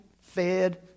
fed